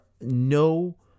no